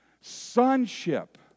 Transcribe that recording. Sonship